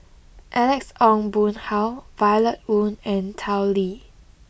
Alex Ong Boon Hau Violet Oon and Tao Li